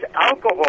alcohol